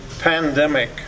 pandemic